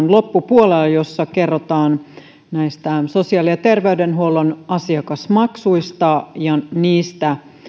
loppupuolella jossa kerrotaan sosiaali ja terveydenhuollon asiakasmaksuista ja niistä